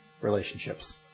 relationships